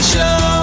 Show